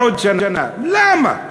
למה?